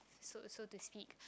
so so to speak